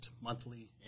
monthly